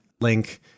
link